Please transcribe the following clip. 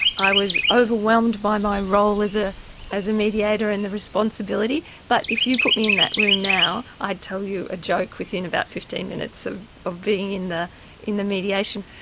i was overwhelmed by my role as ah as a mediator and the responsibility, but if you put me in that room now, i'd tell you a joke within about fifteen minutes ah of being in the mediation.